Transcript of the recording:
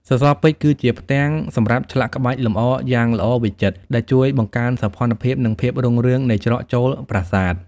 សសរពេជ្រ គឺជាផ្ទាំងសម្រាប់ឆ្លាក់ក្បាច់លម្អយ៉ាងល្អវិចិត្រ ដែលជួយបង្កើនសោភ័ណភាព និងភាពរុងរឿងនៃច្រកចូលប្រាសាទ។